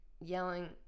yelling